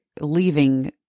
leaving